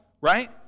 right